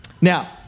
Now